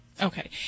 Okay